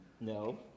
No